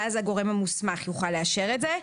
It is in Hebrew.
ואז הגורם המוסמך יוכל לאשר את זה.